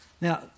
Now